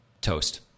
Toast